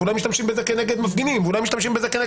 אולי משתמשים בזה כנגד מפגינים וכו',